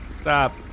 Stop